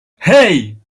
hey